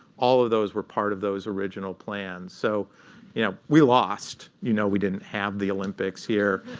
all of those were part of those original plans. so you know we lost. you know we didn't have the olympics here.